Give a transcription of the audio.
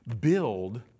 build